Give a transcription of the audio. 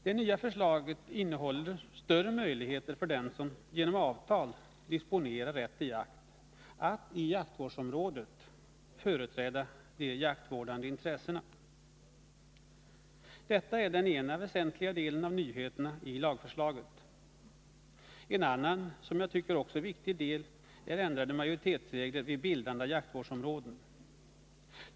Det nya förslaget innehåller större möjligheter för dem som genom avtal disponerar rätt till jakt att i jaktvårdsområdet företräda de jaktvårdande intressena. Detta är den ena väsentliga delen av nyheterna i lagförslaget. En annan del som jag tycker är viktig är ändrade majoritetsregler vid bildande av jaktvårdsområden.